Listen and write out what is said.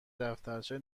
دفترچه